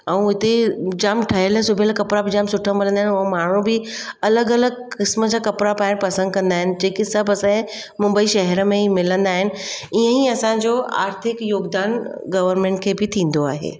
ऐं इते जाम ठहियलु सिबियलु कपिड़ा बि जाम सुठा मिलंदा आहिनि ऐं माण्हू बि अलॻि अलॻि क़िस्म जा कपिड़ा पाइण पसंदि कंदा आहिनि जेके सभु असांजे मुम्बई शहर में ई मिलंदा आहिनि ईअं ई असांजो आर्थिक योगदान गवरमेंट खे बि थींदो आहे